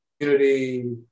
community